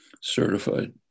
certified